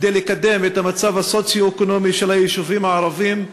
כדי לקדם את המצב הסוציו-אקונומי של היישובים הערביים.